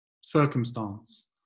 circumstance